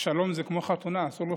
השלום זה כמו חתונה, אסור לפספס.